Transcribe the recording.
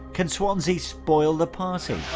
can swansea spoil the party?